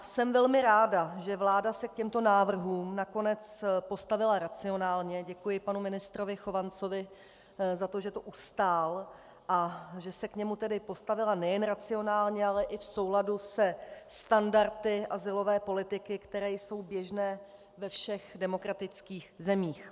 Jsem velmi ráda, že vláda se k těmto návrhům nakonec postavila racionálně, děkuji panu ministrovi Chovancovi za to, že to ustál, a že se k němu tedy postavila nejen racionálně, ale i v souladu se standardy azylové politiky, které jsou běžné ve všech demokratických zemích.